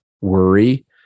worry